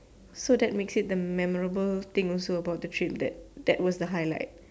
so that makes it the memorable thing also about the trip that that was the highlight